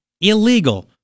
illegal